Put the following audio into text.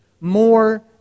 more